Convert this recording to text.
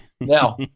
Now